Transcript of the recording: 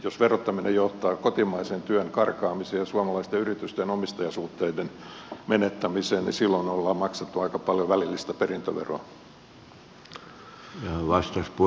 jos verottaminen johtaa kotimaisen työn karkaamiseen ja suomalaisten yritysten omistajasuhteiden menettämiseen niin silloin on maksettu aika paljon välillistä perintöveroa